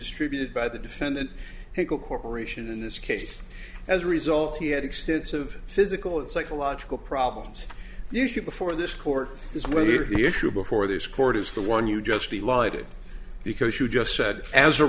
distributed by the defendant pickle corporation in this case as a result he had extensive physical and psychological problems usually before this court is whether the issue before this court is the one you just he lied because you just said as a